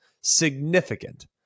Significant